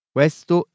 Questo